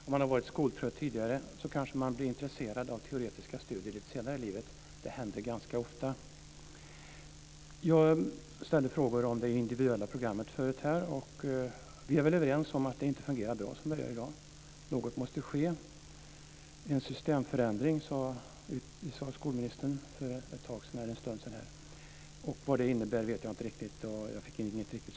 Om man har varit skoltrött tidigare kanske man blir intresserad av teoretiska studier lite senare i livet. Det händer ganska ofta. Jag ställde frågor om det individuella programmet tidigare. Vi är väl överens om att det inte fungerar bra i dag. Något måste ske. Skolministern nämnde en systemförändring för en stund sedan. Jag vet inte riktigt vad det innebär, och jag fick inget riktigt svar på den frågan.